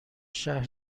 شهر